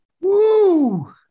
Woo